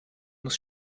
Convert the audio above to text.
muss